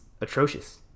atrocious